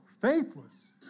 faithless